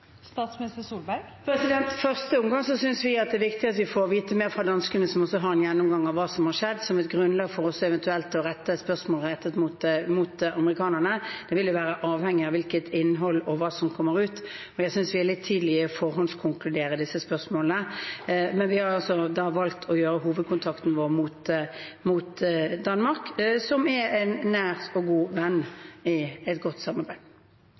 første omgang synes vi det er viktig at vi får vite mer fra danskene, som også har en gjennomgang av hva som har skjedd, som et grunnlag for eventuelt å rette spørsmål til amerikanerne. Det vil være avhengig av innholdet og hva som kommer ut. Jeg synes det er litt tidlig å forhåndskonkludere i disse spørsmålene. Vi har valgt å gjøre hovedkontakten vår mot Danmark, som er en nær og god venn i et godt samarbeid.